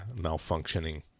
malfunctioning